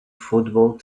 football